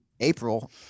April